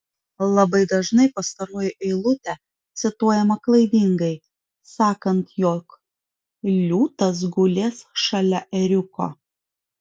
labai dažnai pastaroji eilutė cituojama klaidingai sakant jog liūtas gulės šalia ėriuko